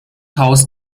haus